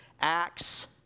Acts